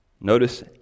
Notice